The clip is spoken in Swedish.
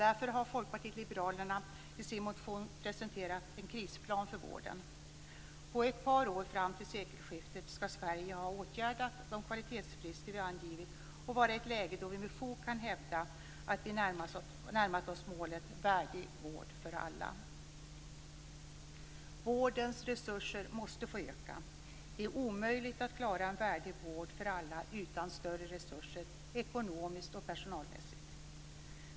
Därför har Folkpartiet liberalerna i sin motion presenterat en krisplan för vården. På ett par år, fram till sekelskiftet, skall Sverige ha åtgärdat de kvalitetsbrister vi angivit och vara i ett läge då vi med fog kan hävda att vi närmat oss målet värdig vård för alla. Vårdens resurser måste få öka. Det är omöjligt att klara en värdig vård för alla utan större resurser ekonomiskt och personalmässigt.